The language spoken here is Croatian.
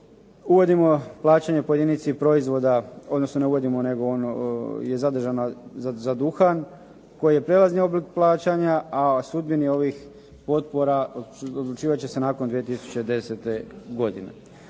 Uvodimo plaćanje po jedinici proizvoda, odnosno ne uvodimo nego ono je zadržano za duhan koji je prijelazni oblik plaćanja, a o sudbini ovih potpora odlučivat će se nakon 2010. godine.